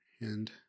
And-